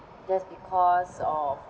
just because of